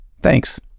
thanks